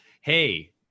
Hey